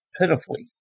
pitifully